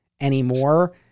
anymore